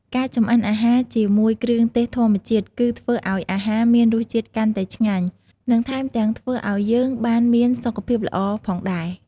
ការចម្អិនអាហារជាមួយគ្រឿងទេសធម្មជាតិគឺធ្វើឲ្យអាហារមានរសជាតិកាន់តែឆ្ងាញ់ និងថែមទាំងធ្វើឲ្យយើងបានមានសុខភាពល្អផងដែរ។